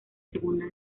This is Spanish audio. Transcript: segunda